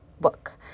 book